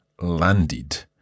landed